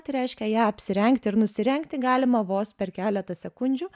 tai reiškia ją apsirengti ir nusirengti galima vos per keletą sekundžių